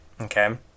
okay